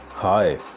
Hi